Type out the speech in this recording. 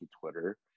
Twitter